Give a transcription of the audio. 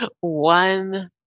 One